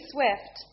Swift